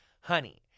Honey